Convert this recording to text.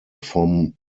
vom